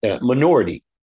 minority